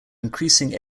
increasing